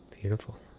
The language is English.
beautiful